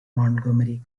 montgomery